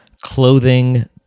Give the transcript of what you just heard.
clothing